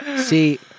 See